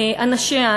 אנשיה,